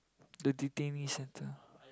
the detainee centre